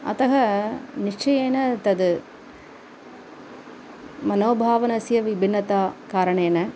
अतः निश्चयेन तत् मनोभावनस्य विभिन्नता कारणेन